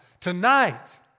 Tonight